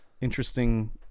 Interesting